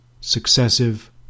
successive